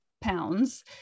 pounds